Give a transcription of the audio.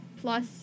plus